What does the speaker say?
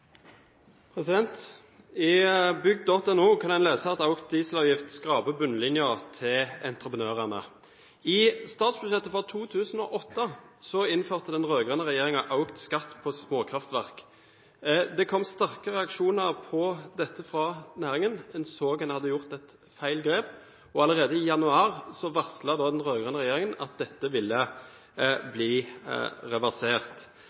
entreprenørene». I statsbudsjettet for 2008 innførte den rød-grønne regjeringen økt skatt på småkraftverk. Det kom sterke reaksjoner på dette fra næringen – en så at en hadde tatt feil grep – og allerede i januar varslet den rød-grønne regjeringen at dette ville bli reversert.